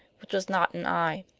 which was not an eye.